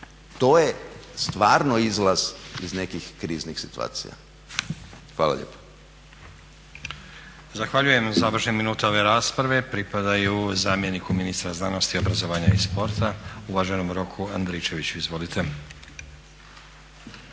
To je stvarno izlaz iz nekih kriznih situacija. Hvala lijepa. **Stazić, Nenad (SDP)** Zahvaljujem. Završne minute ove rasprave pripadaju zamjeniku ministra znanosti, obrazovanja i sporta, uvaženom Roku Andričeviću. Izvolite.